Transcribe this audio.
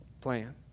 plan